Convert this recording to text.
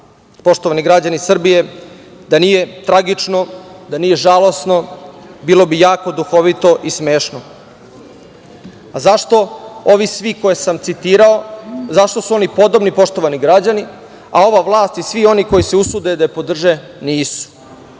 vlast. Poštovani građani Srbije, da nije tragično, da nije žalosno, bilo bi jako duhovito i smešno. Zašto ovi svi koje sam citirao, zašto su oni podobni poštovani građani, a ova vlast i svi oni koji se usude da je podrže nisu?